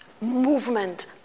movement